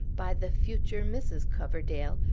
by the future mrs. coverdale,